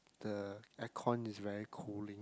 the aircon is very cooling